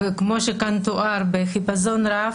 וכמו שכאן תואר בחיפזון רב,